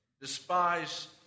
despise